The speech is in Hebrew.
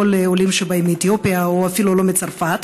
לא לעולים שבאים מאתיופיה ואפילו לא מצרפת.